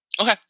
Okay